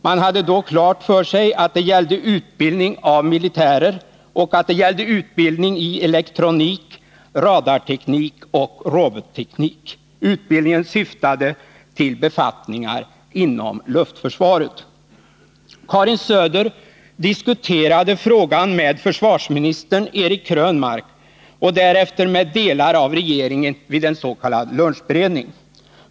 Man hade då klart för sig att det gällde utbildning av militärer och att det gällde utbildning i elektronik, radarteknik och robotteknik. Utbildningen syftade till befattningar inom luftförsvaret. därefter med delar av regeringen vid en s.k. lunchberedning.